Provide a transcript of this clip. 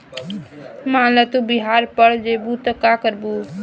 मान ल तू बिहार पड़ जइबू त का करबू